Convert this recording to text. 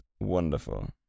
wonderful